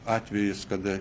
atvejis kada